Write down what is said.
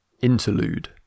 Interlude